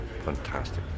fantastic